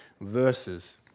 verses